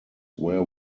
were